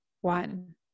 One